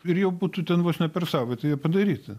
ir jau būtų ten vos ne per savaitę jie padaryta